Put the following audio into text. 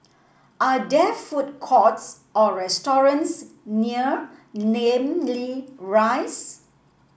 are there food courts or restaurants near Namly Rise